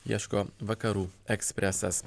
ieško vakarų ekspresas